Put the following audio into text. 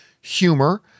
humor